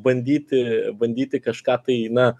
bandyti bandyti kažką tai na